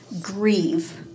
grieve